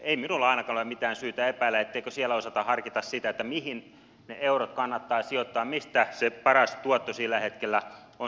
ei minulla ainakaan ole mitään syytä epäillä etteikö siellä osata harkita sitä mihin ne eurot kannattaa sijoittaa mistä se paras tuotto sillä hetkellä on saatavissa